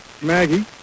Maggie